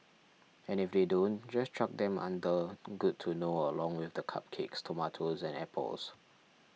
and if they don't just chuck them under good to know along with the cupcakes tomatoes and apples